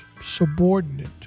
subordinate